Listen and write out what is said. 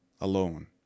alone